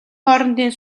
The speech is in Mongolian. хоорондын